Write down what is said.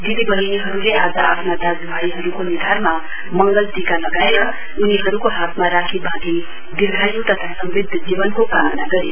दिदी बहिनीहरुले आज आफ्ना दाज्यू भाईहरुको निधारमा मंगल टिका लगाएर उनीहरुको हातमा राखी वाँधी दीर्घायू तथा समृध्द जीवनको कामना गरे